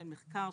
של מחקר,